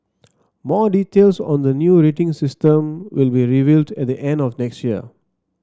more details on the new rating system will be revealed at the end of next year